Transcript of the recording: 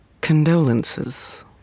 condolences